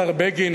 השר בגין,